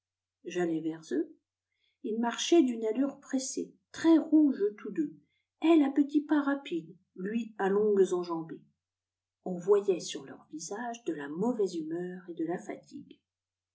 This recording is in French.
j'allai vers eux ils marchaient d'une allure pressée très rouges tous deux elle à petits pas rapides lui à longues enjambées on voyait sur leur visage de la mauvaise humeur et de la fatisue